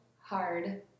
hard